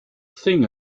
thing